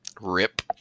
rip